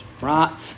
right